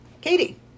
Katie